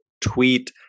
tweet